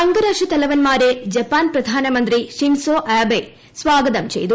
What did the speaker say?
അ്ഗ്രാഷ്ട്ര തലവൻമാരെ ജപ്പാൻ പ്രധാനമന്ത്രി Shinzo Abe സ്ഥാഗതം ചെയ്തു